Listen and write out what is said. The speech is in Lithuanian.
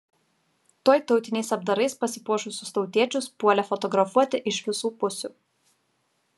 tuoj tautiniais apdarais pasipuošusius tautiečius puolė fotografuoti iš visų pusių